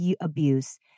abuse